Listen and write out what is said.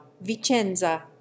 Vicenza